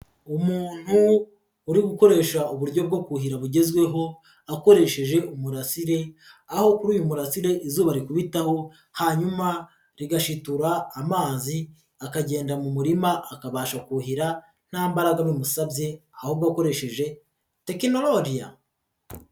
Umuntu uri gukoresha uburyo bwo kuhira bugezweho, akoresheje umurasire, aho kuri uyu murasire izuba rikubitaho hanyuma rigashitura amazi akagenda mu murima akabasha kuhira nta mbaraga bimusabye, ahubwo akoresheje tekinologiya.